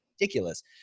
Ridiculous